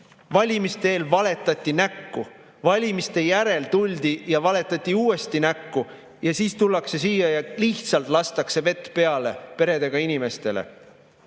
Valimiste eel valetati näkku. Valimiste järel tuldi ja valetati uuesti näkku. Ja siis tullakse siia ja lihtsalt lastakse vett peale peredega inimestele.